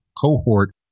cohort